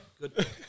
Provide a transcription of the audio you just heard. good